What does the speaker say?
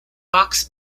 box